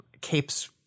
capes